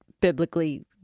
biblically